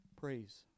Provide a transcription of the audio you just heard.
Praise